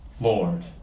Lord